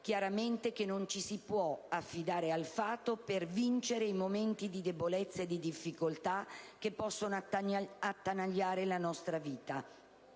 chiaramente che non ci si può affidare al fato per «vincere» i momenti di debolezza e di difficoltà che possono attanagliare la nostra vita.